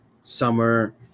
summer